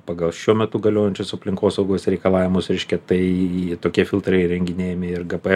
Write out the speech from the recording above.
pagal šiuo metu galiojančius aplinkosaugos reikalavimus reiškia tai tokie filtrai įrenginėjami ir gp